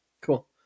Cool